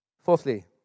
Fourthly